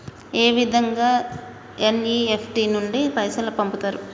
ఏ విధంగా ఎన్.ఇ.ఎఫ్.టి నుండి పైసలు పంపుతరు?